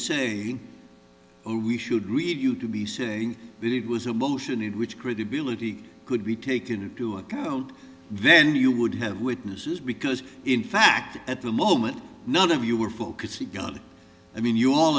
say or we should read you to be saying that it was a motion in which credibility could be taken into account then you would have witnesses because in fact at the moment none of you were focusing god i mean you all